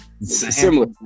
Similar